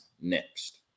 next